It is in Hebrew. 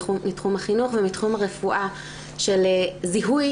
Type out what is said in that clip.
מתחום החינוך ומתחום הרפואה של זיהוי